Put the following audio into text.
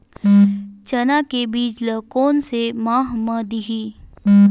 चना के बीज ल कोन से माह म दीही?